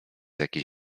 jakiś